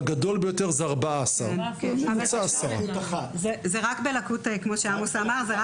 והגדול ביותר זה 14. זה רק בלקות אחת.